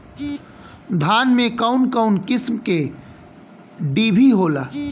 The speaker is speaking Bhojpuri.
धान में कउन कउन किस्म के डिभी होला?